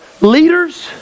leaders